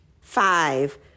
Five